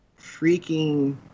freaking